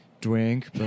drink